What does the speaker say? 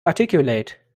articulate